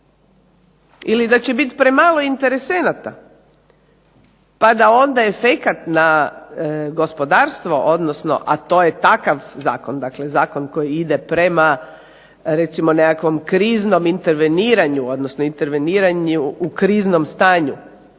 ili da će bit premalo interesenata. Pa da onda efekat na gospodarstvo, a to je takav zakon, dakle zakon koji ide prema recimo nekakvom kriznom interveniranju odnosno interveniranju u kriznom stanju